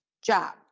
Job